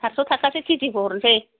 सातस' थाखासो केजि हरनोसै